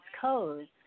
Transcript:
codes